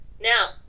now